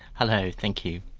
hello. thank you.